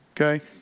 Okay